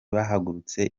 bahagurutse